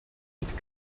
mit